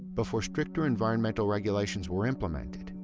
before stricter environmental regulations were implemented,